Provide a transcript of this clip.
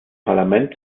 parlament